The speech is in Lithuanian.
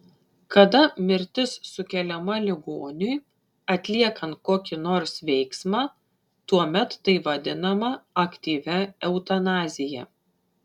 kada mirtis sukeliama ligoniui atliekant kokį nors veiksmą tuomet tai vadinama aktyvia eutanazija